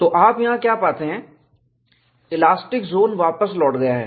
तो आप यहां क्या पाते हैं इलास्टिक जोन वापस लौट गया है